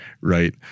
right